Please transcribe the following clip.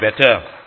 better